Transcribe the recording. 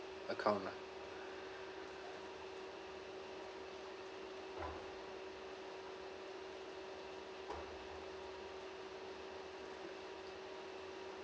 account lah